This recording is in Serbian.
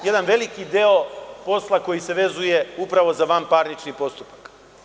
Jedan veliki deo posla koji se vezuje upravo za vanparnični postupak.